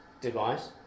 device